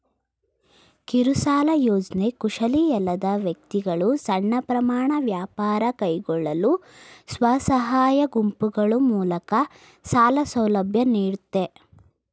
ಕಿರುಸಾಲ ಯೋಜ್ನೆ ಕುಶಲಿಯಲ್ಲದ ವ್ಯಕ್ತಿಗಳು ಸಣ್ಣ ಪ್ರಮಾಣ ವ್ಯಾಪಾರ ಕೈಗೊಳ್ಳಲು ಸ್ವಸಹಾಯ ಗುಂಪುಗಳು ಮೂಲಕ ಸಾಲ ಸೌಲಭ್ಯ ನೀಡುತ್ತೆ